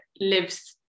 lives